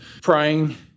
praying